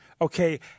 Okay